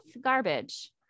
garbage